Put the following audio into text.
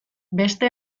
beste